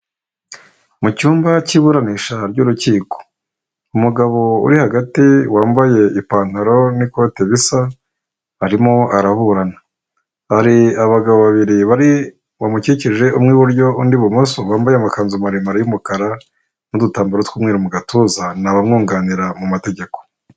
Mu cyumba cy'iburanisha ry'urukiko. Umugabo uri hagati wambaye ipantaro n'ikote bisa arimo araburana, hari abagabo babiri bamukikije umwe iburyo undi ibumoso, bambaye amakanzu maremare y'umukara n'udutambaro tw'umweru mu gatuza ni abamwunganira mu mategeko.